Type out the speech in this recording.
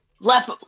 left